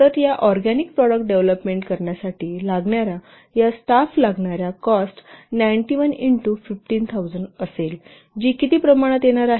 तर या organic product development करण्यासाठी लागणार्यां या स्टाफ लागणार्यां कॉस्ट 91 इंटू 1500 असेल जी किती प्रमाणात येणार आहे